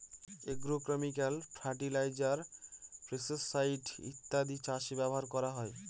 agrochemical fertiliser, pesticide ইত্যাদি চাষে ব্যবহার করা হয়